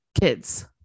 kids